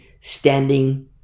standing